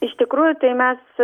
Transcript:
iš tikrųjų tai mes